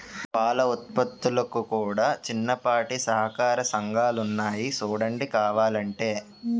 పాల ఉత్పత్తులకు కూడా చిన్నపాటి సహకార సంఘాలున్నాయి సూడండి కావలంటే